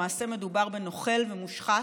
למעשה מדובר בנוכל ומושחת,